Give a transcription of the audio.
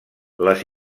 les